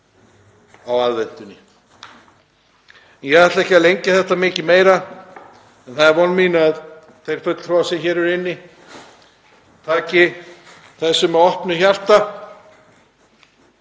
á aðventunni. Ég ætla ekki að lengja þetta mikið meira. Það er von mín að þeir fulltrúar sem hér eru inni taki þessu með opnu hjarta